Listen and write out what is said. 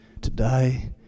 today